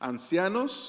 Ancianos